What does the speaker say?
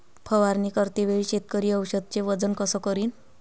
फवारणी करते वेळी शेतकरी औषधचे वजन कस करीन?